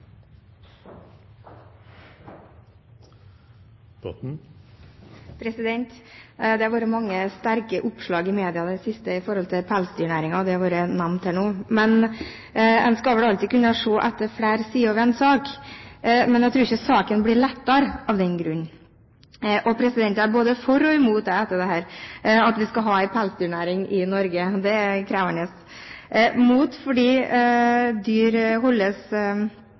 Det har vært mange sterke oppslag i media i det siste om pelsdyrnæringen. De har vært nevnt her nå. Man skal vel alltids kunne se etter flere sider ved en sak, men jeg tror ikke saken blir lettere av den grunn. Jeg er etter dette både for og imot at vi skal ha en pelsdyrnæring i Norge. Det er krevende. Jeg er mot fordi dyr som egentlig er ville, holdes